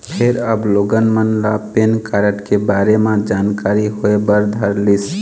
फेर अब लोगन मन ल पेन कारड के बारे म जानकारी होय बर धरलिस